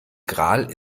gral